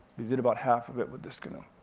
we did about half of it with this canoe.